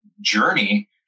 journey